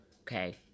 okay